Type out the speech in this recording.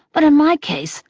but in my case,